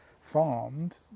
farmed